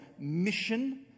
mission